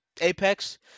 Apex